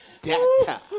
data